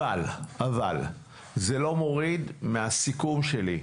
אבל זה לא מוריד מהסיכום שלי.